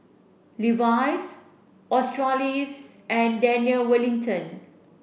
Levi's Australis and Daniel Wellington